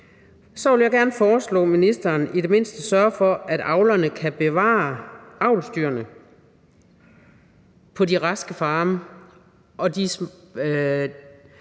Danmark – gerne foreslå ministeren i det mindste at sørge for, at avlerne kan bevare avlsdyrene på de raske farme og de